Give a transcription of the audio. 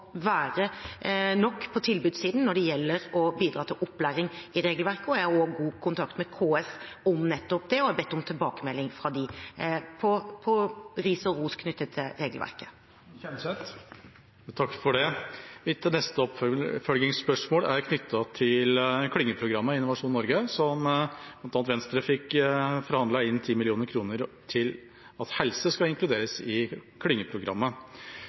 være nok på tilbudssiden når det gjelder å bidra til opplæring i regelverket. Jeg har også god kontakt med KS om nettopp det og har bedt om tilbakemelding fra dem med ris og ros knyttet til regelverket. Takk for det. Mitt neste oppfølgingsspørsmål er knyttet til klyngeprogrammet i Innovasjon Norge, der bl.a. Venstre fikk forhandlet inn 10 mill. kr for at helse skulle inkluderes i klyngeprogrammet.